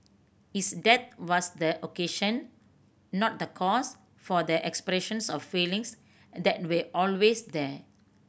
his death was the occasion not the cause for the expressions of feelings that we always there